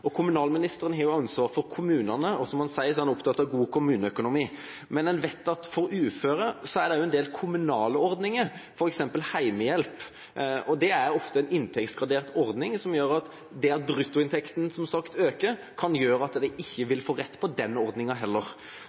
Kommunalministeren har ansvar for kommunene, og som han sier, er han opptatt av god kommuneøkonomi. Men en vet at for uføre er det også en del kommunale ordninger, f.eks. hjemmehjelp. Det er ofte en inntektsgradert ordning, som gjør at det at bruttoinntekten som sagt øker, kan gjøre at de ikke vil få rett på den ordninga heller.